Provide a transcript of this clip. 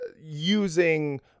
using